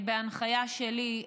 בהנחיה שלי,